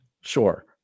sure